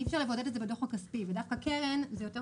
אי אפשר לבודד את זה בדוח הכספי ודווקא קרן זה יותר